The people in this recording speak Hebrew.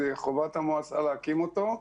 זאת חובת המועצה להקים אותו,